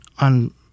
on